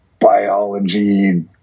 biology